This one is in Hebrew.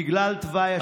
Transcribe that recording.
בגלל תוואי השטח,